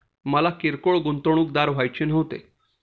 मला किरकोळ गुंतवणूकदार व्हायचे नव्हते